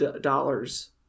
dollars